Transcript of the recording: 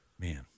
Man